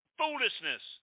foolishness